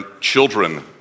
children